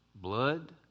Blood